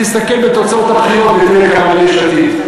תסתכל בתוצאות הבחירות ותראה כמה ליש עתיד.